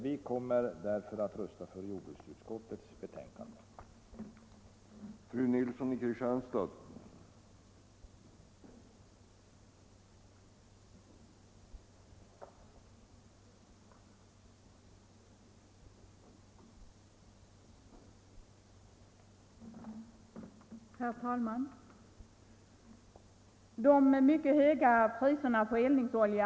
Vi kommer därför att rösta för jordbruksutskottets hemställan på denna punkt.